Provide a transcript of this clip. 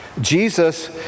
Jesus